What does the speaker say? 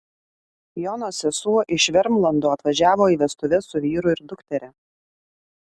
jono sesuo iš vermlando atvažiavo į vestuves su vyru ir dukteria